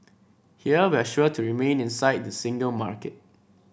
here we're sure to remain inside the single market